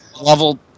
Level